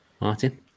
Martin